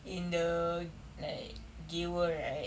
in the like gay world right